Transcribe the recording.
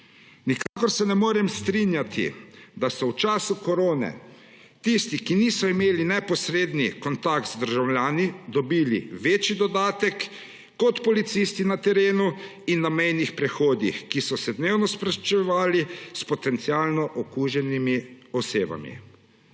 nikakor se ne morem strinjati, da so v času korone tisti, ki niso imeli neposrednega kontakta z državljani, dobili večji dodatek kot policisti na terenu in na mejnih prehodih, ki so se dnevno srečevali s potencialno okuženimi osebami.